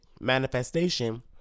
manifestation